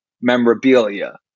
memorabilia